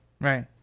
Right